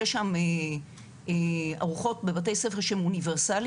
שיש שם ארוחות בבתי ספר שהן אוניברסליות,